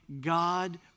God